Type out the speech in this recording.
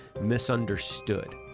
misunderstood